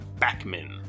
backman